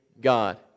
God